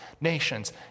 nations